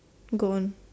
go on